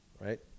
right